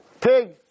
Pig